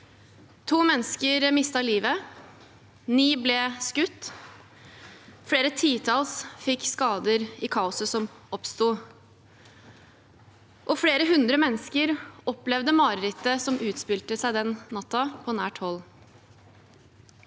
To mennesker mistet livet. Ni ble skutt. Flere titalls mennesker fikk skader i kaoset som oppsto. Flere hundre mennesker opplevde marerittet som utspilte seg den natten, på nært hold.